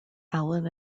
allen